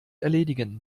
erledigen